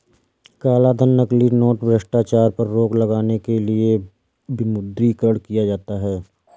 कालाधन, नकली नोट, भ्रष्टाचार पर रोक लगाने के लिए विमुद्रीकरण किया जाता है